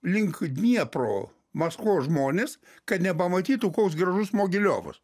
link dniepro maskvos žmonės kad nepamatytų koks gražus mogiliovas